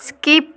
skip